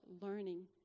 learning